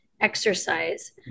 exercise